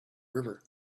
river